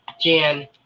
Jan